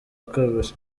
kabiri